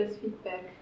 feedback